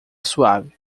suave